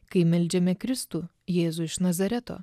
kai meldžiame kristų jėzų iš nazareto